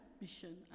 mission